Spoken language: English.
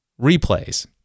replays